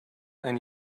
and